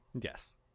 Yes